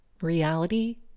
reality